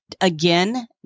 Again